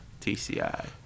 TCI